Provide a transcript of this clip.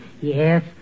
Yes